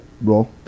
Roll